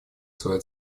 свою